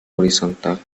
horizontal